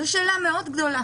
זאת שאלה מאוד גדולה